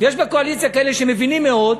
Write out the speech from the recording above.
ויש בקואליציה כאלה שמבינים מאוד,